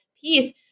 piece